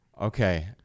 okay